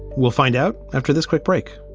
we'll find out after this quick break